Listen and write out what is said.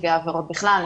נפגעי עבירות בכלל,